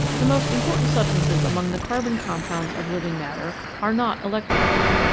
the most important substances among the carbon compounds of living matter are not electrolytes.